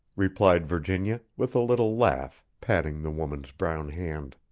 replied virginia, with a little laugh, patting the woman's brown hand.